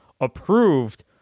approved